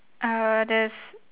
uh there's